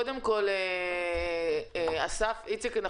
איציק דניאל,